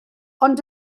ond